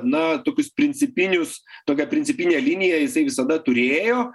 na tokius principinius tokią principinę liniją jisai visada turėjo